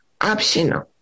optional